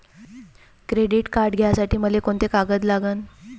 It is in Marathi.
क्रेडिट कार्ड घ्यासाठी मले कोंते कागद लागन?